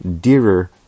dearer